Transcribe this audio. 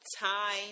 time